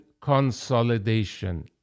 consolidation